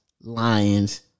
Lions